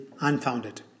unfounded